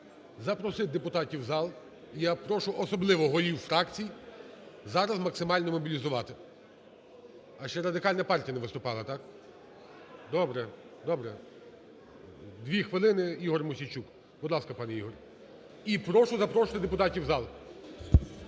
запросити депутатів в зал, і я прошу, особливо голів фракцій, зараз максимально мобілізувати. А ще Радикальна партія не виступала, так? Добре, добре. Дві хвилини, Ігор Мосійчук. Будь ласка, пане Ігор. І прошу запрошувати депутатів в зал.